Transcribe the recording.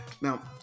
Now